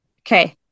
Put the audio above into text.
Okay